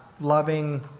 loving